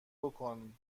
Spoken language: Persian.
بکن